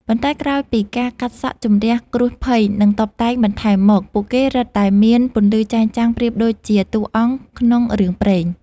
ប៉ុន្តែក្រោយពីបានកាត់សក់ជម្រះគ្រោះភ័យ និងតុបតែងបន្ថែមមក ពួកគេរឹតតែមានពន្លឺចែងចាំងប្រៀបដូចជាតួអង្គក្នុងរឿងព្រេង។